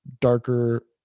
darker